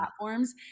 platforms